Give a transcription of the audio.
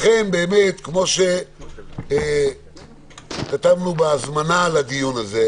כמו שכתבנו בהזמנה לדיון הזה,